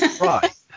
Right